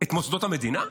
את מוסדות המדינה?